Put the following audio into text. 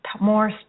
more